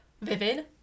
vivid